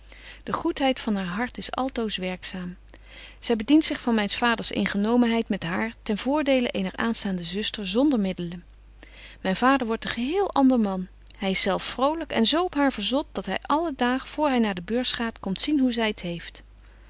de goedheid van haar hart is altoos werkzaam zy bedient zich van myns vaders ingenomenheid met haar ten voordele eener aanstaande zuster zonder middelen myn vader wordt een geheel ander man hy is zelf vrolyk en zo op haar verzot dat hy alle daag voor hy naar de beurs gaat komt zien hoe zy t heeft